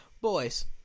boys